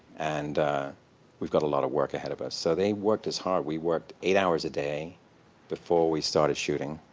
and we've got a lot of work ahead of us. so they worked us hard. we worked eight hours a day before we started shooting.